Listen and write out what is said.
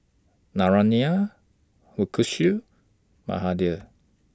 Naraina Mukesh Mahade